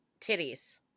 titties